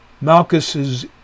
Malchus's